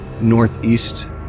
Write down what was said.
northeast